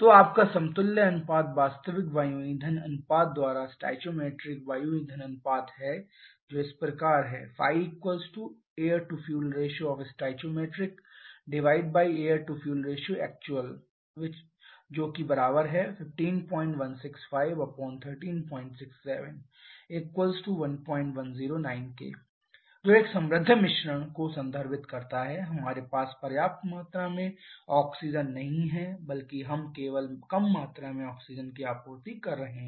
तो आपका समतुल्य अनुपात वास्तविक वायु ईंधन अनुपात द्वारा स्टोइकोमेट्रिक वायु ईंधन अनुपात है जो इस प्रकार है AFstAFac1516513671109 जो एक समृद्ध मिश्रण को संदर्भित करता है हमारे पास पर्याप्त मात्रा में ऑक्सीजन नहीं है बल्कि हम केवल कम मात्रा में ऑक्सीजन की आपूर्ति कर रहे हैं